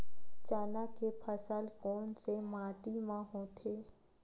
चना के फसल कोन से माटी मा होथे?